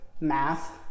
math